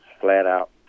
flat-out